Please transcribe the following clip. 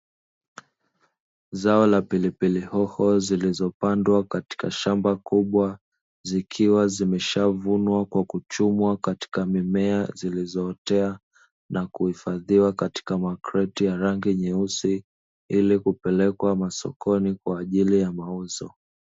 Zao la pilipili hoho zilizopandwa katika shamba kubwa, zikiwa zimeshavunwa kwa kuchumwa katika mimea zilizootea na kuhifadhiwa katika makreti ya rangi nyeusi ili kupelekwa masokoni kwa ajili ya mauzo.